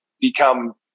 become